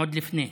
עוד לפני.